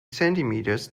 centimeters